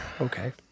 Okay